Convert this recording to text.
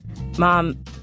mom